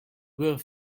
were